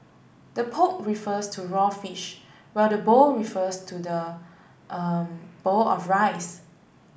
the poke refers to raw fish while the bowl refers to the er bowl of rice